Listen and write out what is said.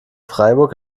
freiburg